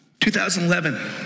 2011